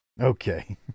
Okay